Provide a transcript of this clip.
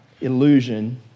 illusion